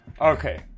Okay